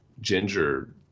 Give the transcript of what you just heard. ginger